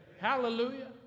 Hallelujah